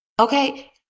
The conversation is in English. Okay